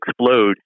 explode